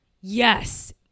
Yes